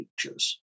features